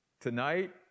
Tonight